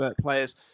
players